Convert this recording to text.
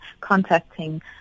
contacting